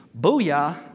Booyah